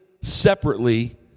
separately